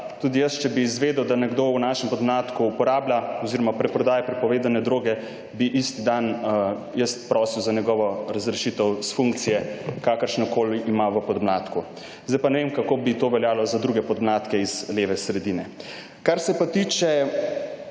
tudi jaz, če bi izvedel, da nekdo v našem podmladku uporablja oziroma preprodaja prepovedane droge, bi isti dan jaz prosil za njegovo razrešitev s funkcije, kakršnokoli ima v podmladku. Zdaj pa ne vem, kako bi to veljalo za druge podmladke iz leve sredine. Kar se pa tiče